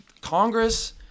Congress